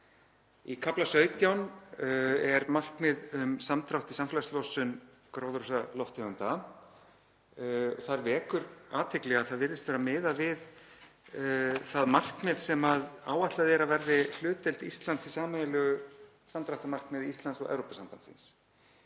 Í kafla 17 er markmið um samdrátt í samfélagslosun gróðurhúsalofttegunda. Það vekur athygli að það virðist vera miðað við það markmið sem áætlað er að verði hlutdeild Íslands í sameiginlegu samdráttarmarkmiði Íslands og Evrópusambandsins.